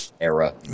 era